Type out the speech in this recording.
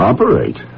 Operate